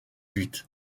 huit